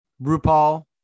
rupaul